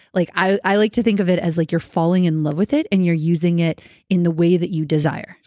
like i i like to think of it as like you're falling in love with it and you're using it in the way that you desire.